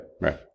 Right